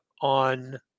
on